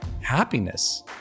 happiness